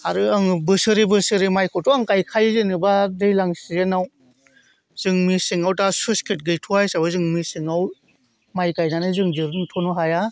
आरो आङो बोसोरै बोसोरै माइखौथ' आं गायखायो जेनेबा दैज्लां सिजोनाव जों मेसेंआव दा स्लुइसगेट गैथ'वा हिसाबै जों मेसेंआव माइ गायनानै जों दिहुनथ'नो हाया